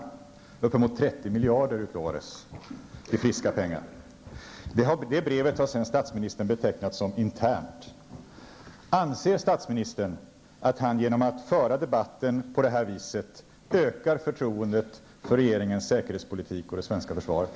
Det var uppemot 30 miljarder i friska pengar som utlovades. Detta brev har statsministern sedan betecknat som ''internt''. Anser statsministern att han, genom att föra debatten på ett sådant sätt, ökar förtroendet för regeringens säkerhetspolitik och det svenska försvaret?